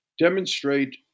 demonstrate